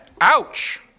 ouch